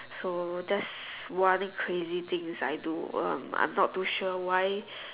so that's one crazy thing I do I'm not too sure why